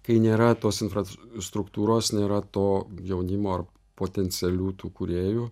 kai nėra tos infrastruktūros nėra to jaunimo ar potencialių tų kūrėjų